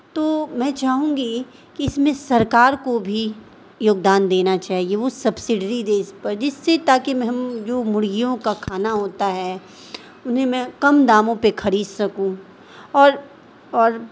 تو میں چاہوں گی کہ اس میں سرکار کو بھی یوگدان دینا چاہیے وہ سبسڈری دے اس پر جس سے تاکہ میں ہم جو مرغیوں کا کھانا ہوتا ہے انہیں میں کم داموں پہ خرید سکوں اور اور